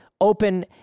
open